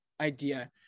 idea